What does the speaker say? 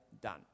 done